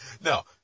no